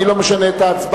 אני לא משנה את ההצבעה.